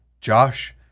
Josh